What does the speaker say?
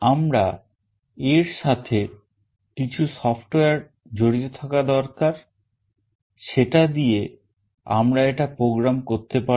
আমাদের এর সাথে কিছু software জড়িত থাকা দরকার সেটা দিয়ে আমরা এটা program করতে পারব